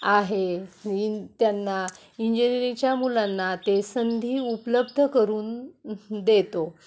आहे इन त्यांना इंजिनिरिंगच्या मुलांना ते संधी उपलब्ध करून देतो